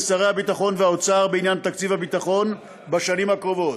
שר הביטחון לשר האוצר בעניין תקציב הביטחון בשנים הקרובות.